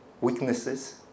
weaknesses